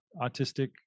autistic